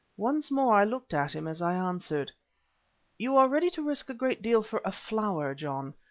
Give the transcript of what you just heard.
once more i looked at him as i answered you are ready to risk a great deal for a flower, john.